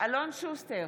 אלון שוסטר,